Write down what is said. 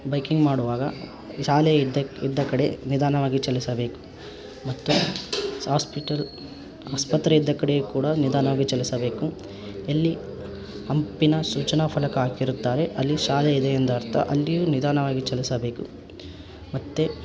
biking ಮಾಡುವಾಗ ಶಾಲೆಯ ಇದ್ದಕ ಇದ್ದ ಕಡೆ ನಿಧಾನವಾಗಿ ಚಲಿಸಬೇಕು ಮತ್ತು ಹಾಸ್ಪಿಟಲ್ ಆಸ್ಪತ್ರೆ ಇದ್ದ ಕಡೆಯೂ ಕೂಡ ನಿಧಾನವಾಗಿ ಚಲಿಸಬೇಕು ಎಲ್ಲಿ ಹಂಪಿನ ಸೂಚನಾ ಫಲಕ ಹಾಕಿರುತ್ತಾರೆ ಅಲ್ಲಿ ಶಾಲೆ ಇದೆ ಎಂದು ಅರ್ಥ ಅಲ್ಲಿಯೂ ನಿಧಾನವಾಗಿ ಚಲಿಸಬೇಕು ಮತ್ತು